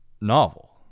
novel